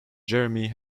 jeremy